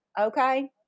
Okay